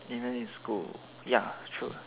even in school ya true